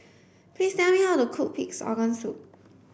please tell me how to cook pig's organ soup